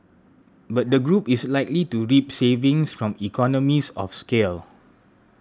but the group is likely to reap savings from economies of scale